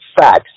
facts